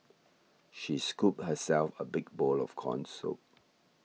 she scooped herself a big bowl of Corn Soup